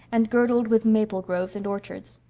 and girdled with maple groves and orchards.